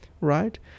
right